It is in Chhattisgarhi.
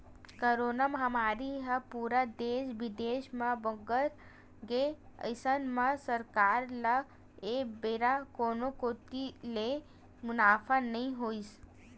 करोना महामारी ह पूरा देस बिदेस म बगर गे अइसन म सरकार ल ए बेरा कोनो कोती ले मुनाफा नइ होइस